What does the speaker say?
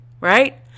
right